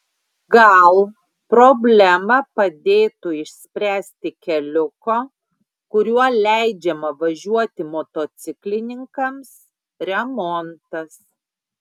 gal problemą padėtų išspręsti keliuko kuriuo leidžiama važiuoti motociklininkams remontas